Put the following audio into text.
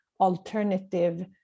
alternative